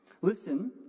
Listen